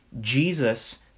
Jesus